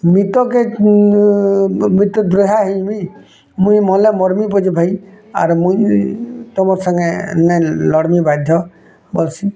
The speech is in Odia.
ମିତ କେ ମୁଁ ମିତ୍ର ଦ୍ରୋହାଁ ହେଇଯିମି ମୁଇଁ ମଲେ ମରମିଁ ପଛେଁ ଭାଇ ଆର୍ ମୁଇଁ ତମର୍ ସାଙ୍ଗେ ନେହିଁ ଲଢ଼୍ମି ବାଧ୍ୟ ବୋଲସି୍